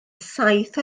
saith